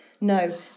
no